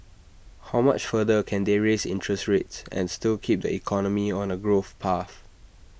how much further can they raise interest rates and still keep the economy on A growth path